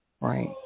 Right